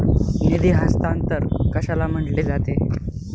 निधी हस्तांतरण कशाला म्हटले जाते?